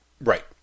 Right